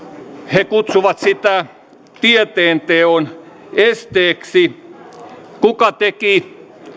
he kutsuvat sitä tieteenteon esteeksi kuka teki